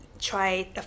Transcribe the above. try